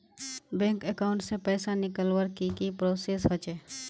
Bank account से पैसा निकालवर की की प्रोसेस होचे?